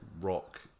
rock